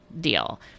deal